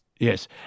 Yes